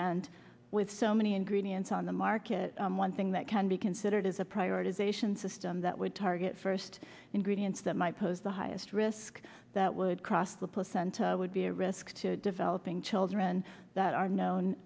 and with so many ingredients on the market one thing that can be considered is a prioritization system that would target first ingredients that might pose the highest risk that would cross the placenta would be a risk to develop children that are known